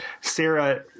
Sarah